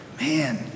Man